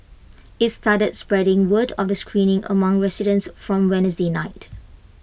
IT started spreading word of the screening among residents from Wednesday night